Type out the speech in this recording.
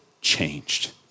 changed